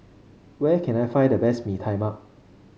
where can I find the best Mee Tai Mak